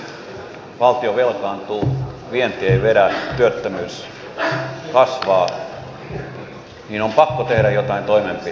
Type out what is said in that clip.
kun valtio velkaantuu vienti ei vedä työttömyys kasvaa niin on pakko tehdä joitain toimenpiteitä